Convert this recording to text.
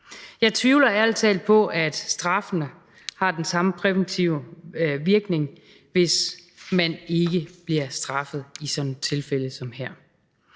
Jeg tvivler ærlig talt på, at straffen har den samme præventive virkning, hvis man ikke bliver straffet i et tilfælde som dette.